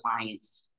clients